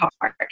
hard